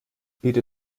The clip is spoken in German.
bitte